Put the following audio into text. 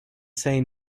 say